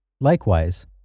Likewise